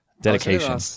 Dedication